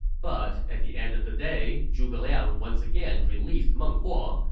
but at the end of the day, zhuge liang once again released meng huo,